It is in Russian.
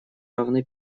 равны